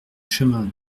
chemin